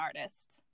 artist